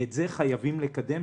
את זה חייבים לקדם,